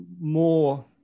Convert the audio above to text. more